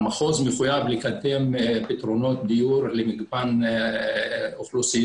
המחוז מחויב לקדם פתרונות דיור למגוון אוכלוסיות,